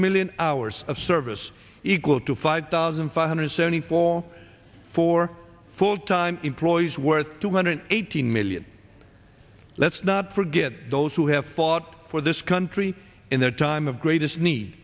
million hours of service equal to five thousand four hundred seventy four for full time employees worth two hundred eighteen million let's not forget those who have fought for this country in their time of greatest nee